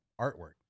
artwork